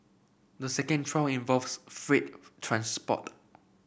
the second trial involves freight transport